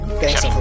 Thanks